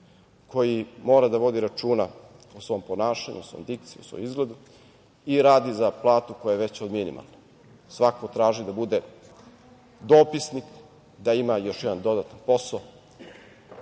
koji mora da vodi računa o svom ponašanju, o svojoj dikciji, o svom izgledu i radi za platu koja je veća od minimuma. Svako traži da bude dopisnik, da ima još jedan dodatan posao